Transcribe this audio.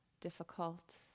difficult